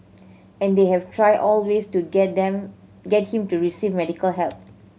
and they have tried all ways to get them get him to receive medical help